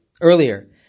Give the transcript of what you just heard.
earlier